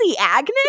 Agnes